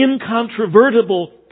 incontrovertible